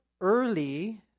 early